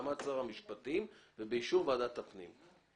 בהסכמת שר המשפטים ובאישור ועדת הפנים.